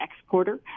exporter